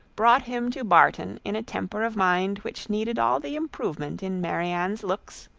brought him to barton in a temper of mind which needed all the improvement in marianne's looks,